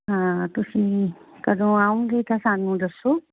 ਹਾਂ ਤੁਸੀਂ ਕਦੋਂ ਆਉਂਗੇ ਤਾਂ ਸਾਨੂੰ ਦੱਸੋ